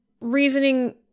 reasoning